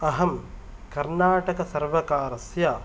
अहं कर्णाटकसर्वकारस्य